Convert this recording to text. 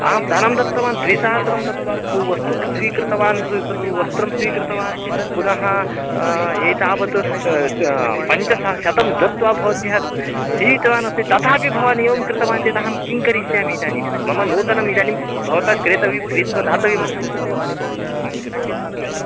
अहं धनं दत्तवान् त्रिसहस्रं दत्वा बहु वस्तुन् स्वीकृतवान् द् तद् वस्त्रं स्वीकृतवान् पुनः एतावत् क् पञ्चशतं दत्वा भद्भ्यः सीवितवान् अस्ति तथापि भवान् एवं कृतवान् चेत् अहं किं करिष्यामि इदानीं मम नूतनमिदानीं ब् भवतः क्रेतव्यं क्रीत्वा दातव्यम् अस्ति